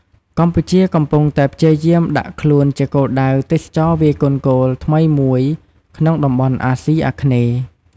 កម្ពុជាកំពុងតែព្យាយាមដាក់ខ្លួនជាគោលដៅទេសចរណ៍វាយកូនហ្គោលថ្មីមួយក្នុងតំបន់អាស៊ីអាគ្នេយ៍។